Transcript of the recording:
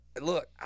look